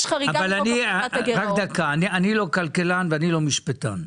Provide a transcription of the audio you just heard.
אני לא כלכלן ואני לא משפטן,